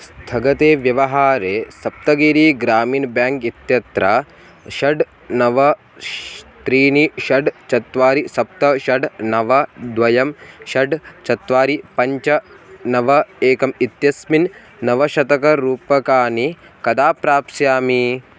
स्थगते व्यवहारे सप्तगिरिः ग्रामीण बेङ्क् इत्यत्र षड् नव ष् त्रीणि षड् चत्वारि सप्त षड् नव द्वयं षड् चत्वारि पञ्च नव एकम् इत्यस्मिन् नवशतरूप्यकाणि कदा प्राप्स्यामि